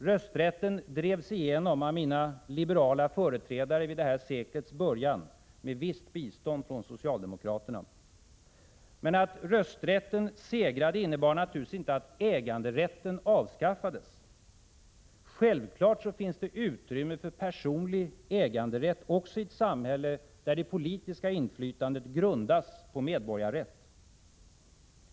Rösträtten drevs igenom av mina liberala företrädare vid detta sekels början, med visst bistånd från socialdemokraterna. Men att rösträtten segrade innebar naturligtvis inte att äganderätten avskaffades. Självfallet finns det utrymme för personlig äganderätt också i ett samhälle där det politiska inflytandet grundas på medborgarrätt.